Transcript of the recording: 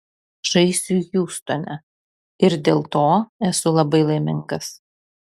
žaisiu hjustone ir dėl to esu labai laimingas